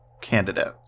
candidates